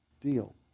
deal